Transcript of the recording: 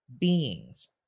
beings